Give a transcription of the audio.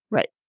Right